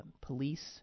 Police